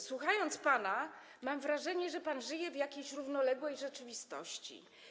Słuchając pana, mam wrażenie, że pan żyje w jakiejś równoległej rzeczywistości.